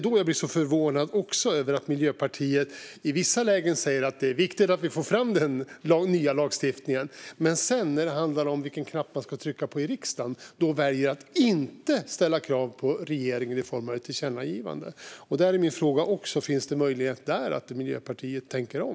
Då blir jag förvånad över att Miljöpartiet i vissa lägen säger att det är viktigt att vi får fram den nya lagstiftningen, men när det sedan handlar om vilken knapp man ska trycka på i riksdagen väljer man att inte ställa krav på regeringen i form av ett tillkännagivande. Då är min fråga också där: Finns det möjlighet att Miljöpartiet tänker om?